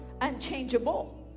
unchangeable